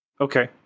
Okay